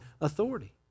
authority